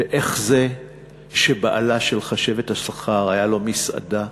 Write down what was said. ואיך זה שבעלה של חשבת השכר הייתה לו מסעדה,